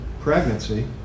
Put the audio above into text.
pregnancy